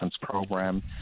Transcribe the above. Program